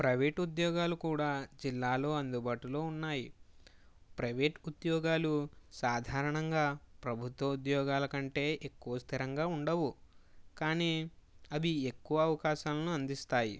private ఉద్యోగాలు కూడా జిల్లాలో అందుబాటులో ఉన్నాయి ప్రైవేట్ ఉద్యోగాలు సాధారణంగా ప్రభుత్వ ఉద్యోగాల కంటే ఎక్కువ స్థిరంగా ఉండవు కాని అవి ఎక్కువ అవకాశాలను అందిస్తాయి